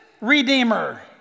redeemer